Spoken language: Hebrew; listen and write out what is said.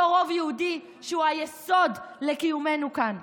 אותו רוב יהודי שהוא היסוד לקיומנו כאן.